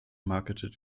marketed